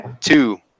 two